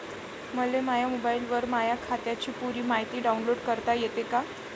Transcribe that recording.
मले माह्या मोबाईलवर माह्या खात्याची पुरी मायती डाऊनलोड करता येते का?